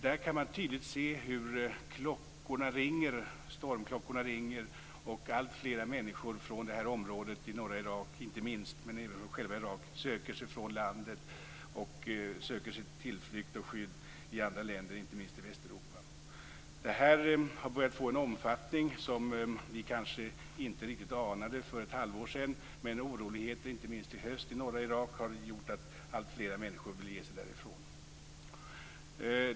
Där kan man tydligt se hur stormklockorna ringer. Alltfler människor - inte minst från det här området i norra Irak, men även från övriga Irak - söker sig från landet och tar sin tillflykt till andra länder, inte minst i Västeuropa, för att få skydd. Det här har börjat få en omfattning som vi kanske inte riktigt anade för ett halvår sedan, men inte minst höstens oroligheter i norra Irak har gjort att alltfler människor vill bege sig därifrån.